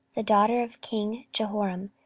the daughter of king jehoram,